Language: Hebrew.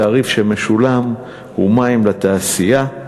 התעריף שמשולם הוא מים לתעשייה.